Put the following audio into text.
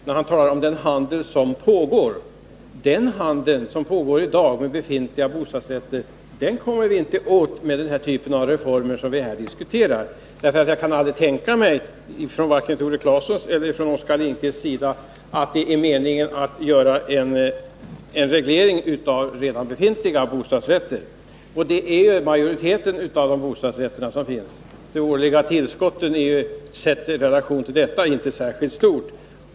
Då skall vi ha i minnet att vi med den typ av reformer som vi här diskuterar inte kommer åt handeln med befintliga bostadsrätter. Jag kan aldrig tänka mig att Tore Claeson eller Oskar Lindkvist avser att åstadkomma en reglering omfattande redan befintliga bostadsrätter. Och dessa utgör ju en majoritet. Det årliga tillskottet är — sett i relation till det befintliga antalet — inte särskilt stort.